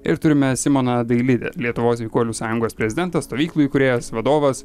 ir turime simoną dailidę lietuvos sveikuolių sąjungos prezidentas stovyklų įkūrėjas vadovas